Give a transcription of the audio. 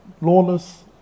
Lawless